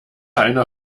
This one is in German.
einer